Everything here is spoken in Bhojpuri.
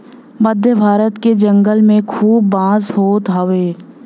मध्य भारत के जंगल में खूब बांस होत हौ